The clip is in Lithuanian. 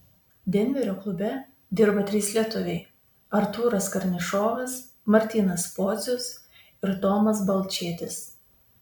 denverio klube dirba trys lietuviai artūras karnišovas martynas pocius ir tomas balčėtis